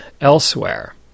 elsewhere